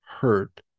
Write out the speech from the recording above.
hurt